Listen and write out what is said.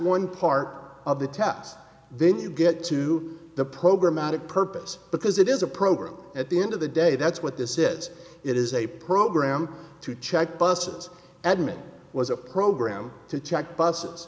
one part of the test then you get to the program out of purpose because it is a program at the end of the day that's what this is it is a program to check busses edmon was a program to check busses